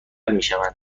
میشوند